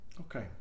okay